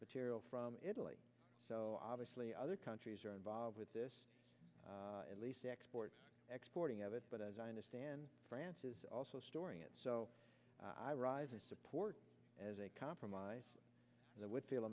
material from italy so obviously other countries are involved with this at least the export exporting of it but as i understand france is also storing it so i rise in support as a compromise